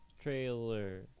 Trailer